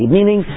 Meaning